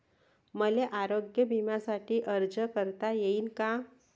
मले आरोग्य बिम्यासाठी अर्ज करता येईन का?